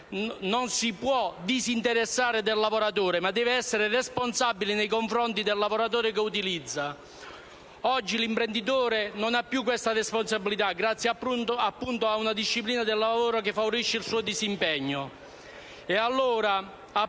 non si può disinteressare del lavoratore, ma deve essere responsabile nei confronti di quello che utilizza. Oggi l'imprenditore non ha più questa responsabilità, grazie appunto ad una disciplina del lavoro che favorisce il suo disimpegno,